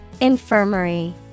Infirmary